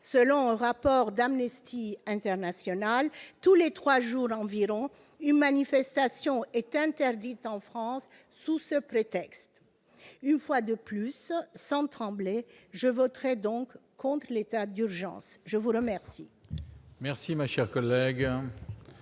selon un rapport d'Amnesty International, tous les trois jours environ, une manifestation est interdite en France sous ce prétexte. Une fois de plus, sans trembler, je voterai donc contre l'état d'urgence. Personne ne